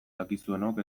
dakizuenok